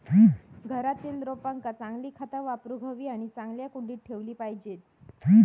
घरातील रोपांका चांगली खता वापरूक हवी आणि चांगल्या कुंडीत ठेवली पाहिजेत